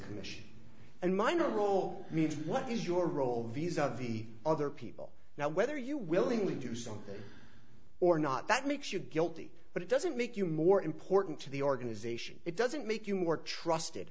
commission and minor role what is your role views of the other people now whether you willingly do so or not that makes you guilty but it doesn't make you more important to the organization it doesn't make you more trusted